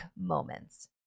moments